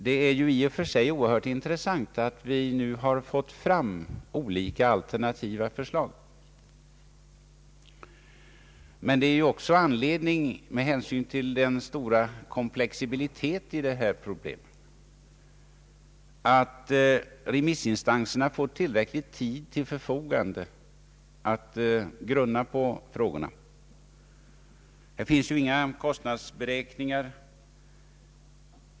Det är i och för sig oerhört intressant att det nu har kommit fram alternativa förslag, men det finns också anledning — med hänsyn till att problemet är så komplicerat — att ge remissinstanserna tillräcklig tid att fundera på frågorna. Här föreligger ju inga kostnadsberäkningar.